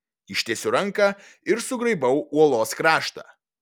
ištiesiu ranką ir sugraibau uolos kraštą